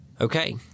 Okay